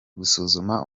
gusuzuma